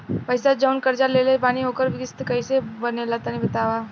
पैसा जऊन कर्जा लेले बानी ओकर किश्त कइसे बनेला तनी बताव?